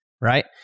right